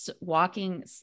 walking